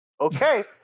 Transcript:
Okay